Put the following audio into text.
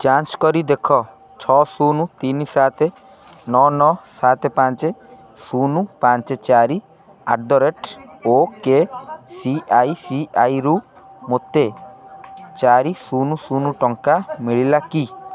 ଯାଞ୍ଚ୍ କରି ଦେଖ ଛଅ ଶୂନ ତିନି ସାତ ନଅ ନଅ ସାତ ପାଞ୍ଚ ଶୂନ ପାଞ୍ଚ ଚାରି ଆଟ୍ ଦ ରେଟ୍ ଓ କେ ସିଆଇସିଆଇରୁ ମୋତେ ଚାରି ଶୂନ ଶୂନ ଟଙ୍କା ମିଳିଲା କି